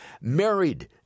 Married